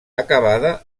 acabada